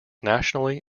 nationally